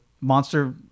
monster